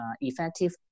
effective